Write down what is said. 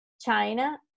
china